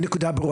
הסיכום שלי